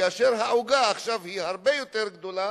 וכאשר העוגה עכשיו היא הרבה יותר גדולה